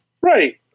Right